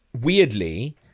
weirdly